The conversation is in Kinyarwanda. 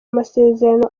amasezerano